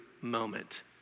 moment